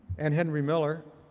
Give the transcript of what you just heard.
and henry miller.